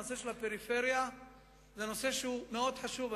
הנושא של הפריפריה הוא נושא מאוד חשוב.